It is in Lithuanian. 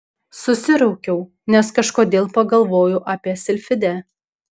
susiraukiau nes kažkodėl pagalvojau apie silfidę